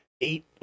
Eight